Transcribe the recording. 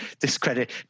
discredit